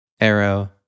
arrow